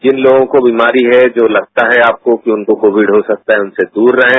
जिन लोगों को बीमारी है जो लगता है कि आपको कि उनको कोविड हो सकता है उनसे दूर रहें